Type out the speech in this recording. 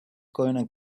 gonna